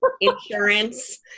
insurance